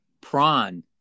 prawn